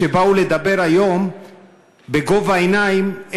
שבאו לדבר היום בגובה העיניים,